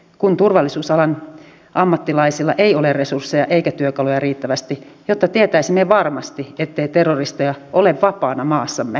kun kysymyksessä on isot kiinteistömassat sairaanhoitopiirillä ja kunnissa niin miten tämä kiinteistömassojen kysymys meinataan ratkaista